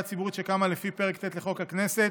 הציבורית שקמה לפי פרק ט' לחוק הכנסת,